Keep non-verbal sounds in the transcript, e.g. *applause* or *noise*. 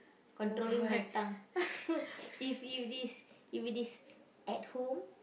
controlling my tongue *laughs* if it is if it is at home